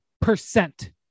percent